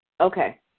Okay